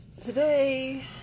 Today